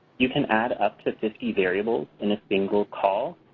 you can add up to fifty variables in a single call.